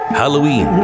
halloween